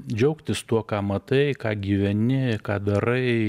džiaugtis tuo ką matai ką gyveni ką darai